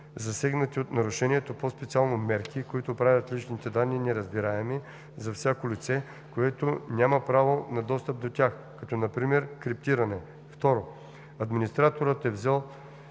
засегнати от нарушението, по-специално мерки, които правят личните данни неразбираеми за всяко лице, което няма право на достъп до тях, като например криптиране; 2. администраторът е взел